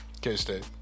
K-State